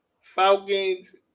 falcons